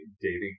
dating